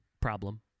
problem